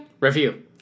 Review